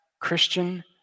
Christian